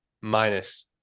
minus